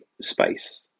space